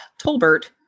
Tolbert